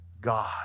God